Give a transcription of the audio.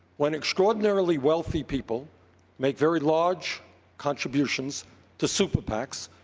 when extraordinarily wealthy people make very large contributions to super pacs,